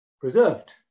preserved